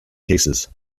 cases